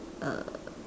uh